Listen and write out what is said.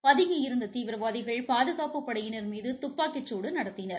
பதுங்கி இருந்த தீவிரவாதிகள் பாதுகாப்புப் படையினர் மீது துப்பாக்கி சூடு நடத்தினர்